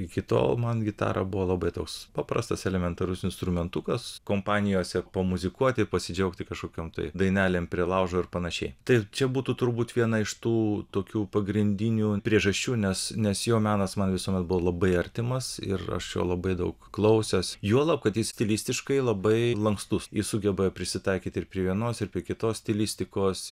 iki tol man gitara buvo labai toks paprastas elementarus instrumentukas kompanijose pamuzikuoti pasidžiaugti kažkokiom tai dainelėm prie laužo ir panašiai tai čia būtų turbūt viena iš tų tokių pagrindinių priežasčių nes nes jo menas man visuomet buvo labai artimas ir aš jo labai daug klausęs juolab kad jis stilistiškai labai lankstus jis sugeba prisitaikyt ir prie vienos ir prie kitos stilistikos